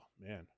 man